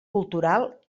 cultural